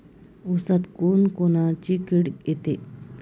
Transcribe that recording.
ऊसात कोनकोनची किड येते?